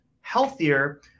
healthier